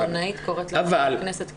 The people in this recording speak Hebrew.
עיתונאית קוראת לחברת כנסת כלבלבה.